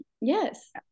Yes